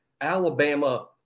Alabama